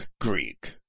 Greek